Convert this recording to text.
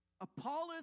Apollos